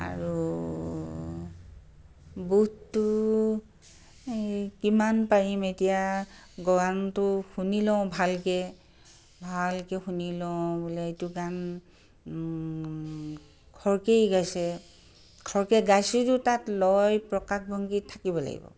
আৰু বোধটো এই কিমান পাৰিম এতিয়া গানটো শুনি লওঁ ভালকৈ ভালকৈ শুনি লওঁ বোলে এইটো গান খৰকেই গাইছে খৰকৈ গাইছে যদিও তাত লয় প্ৰকাশভংগি থাকিব লাগিব